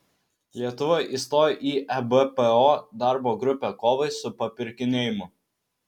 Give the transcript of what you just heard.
lietuva įstojo į ebpo darbo grupę kovai su papirkinėjimu